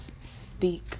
Speak